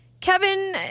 Kevin